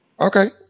okay